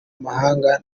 mahanga